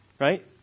Right